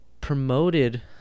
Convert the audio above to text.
promoted